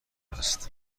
است